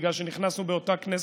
בגלל שנכנסו באותה כנסת,